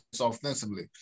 offensively